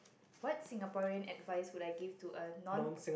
what Singaporean advice would I give to us none